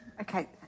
Okay